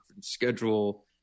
schedule